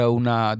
una